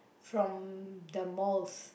from the malls